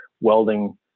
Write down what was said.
welding